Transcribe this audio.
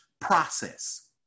process